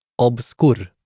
obscur